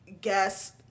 guess